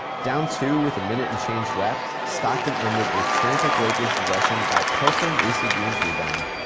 down two with a minute and change left, stockton ended a frantic lakers possession by pilfering ac green's rebound,